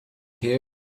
here